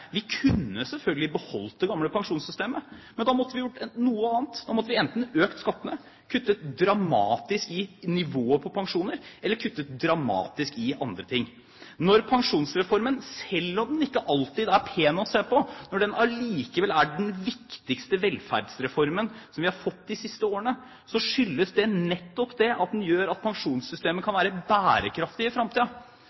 Vi kunne selvfølgelig ha beholdt det gamle pensjonssystemet, men da måtte vi gjort noe annet. Da måtte vi enten økt skattene, kuttet dramatisk i nivået på pensjoner eller kuttet dramatisk i andre ting. Når Pensjonsreformen, selv om den ikke alltid er pen å se på, allikevel er den viktigste velferdsreformen vi har fått de siste årene, skyldes det nettopp det at den gjør at pensjonssystemet kan